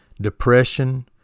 depression